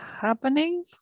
happening